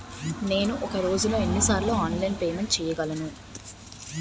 నేను ఒక రోజులో ఎన్ని సార్లు ఆన్లైన్ పేమెంట్ చేయగలను?